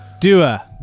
Dua